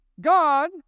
God